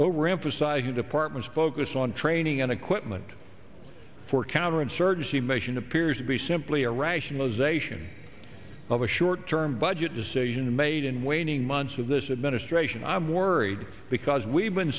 overemphasize the department's focus on training and equipment for counterinsurgency mission appears to be simply a rationalization of a short term budget decision made in waning months of this administration i'm worried because we've been